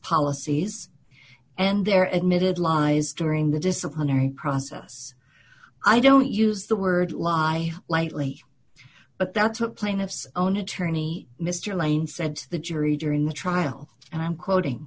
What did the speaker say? policies and their admitted lies during the disciplinary process i don't use the word lie lightly but that's what plaintiff's own attorney mr lane said to the jury during the trial and i'm quoting